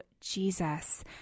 Jesus